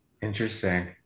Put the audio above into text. interesting